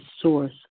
source